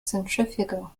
centrifugal